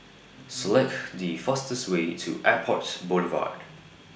Select The fastest Way to Airport Boulevard